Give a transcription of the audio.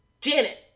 Janet